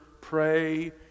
pray